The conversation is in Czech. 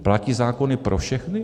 Platí zákony pro všechny?